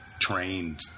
trained